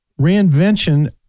reinvention